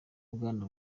bwana